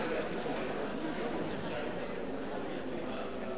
חוק דין משמעתי במשטרת ישראל ובשירות בתי-הסוהר (תיקוני חקיקה),